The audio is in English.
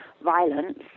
violence